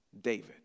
David